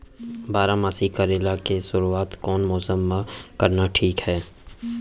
बारामासी करेला के शुरुवात कोन मौसम मा करना ठीक हे?